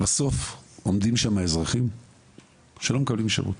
בסוף עומדים שם אזרחים שלא מקבלים שירות.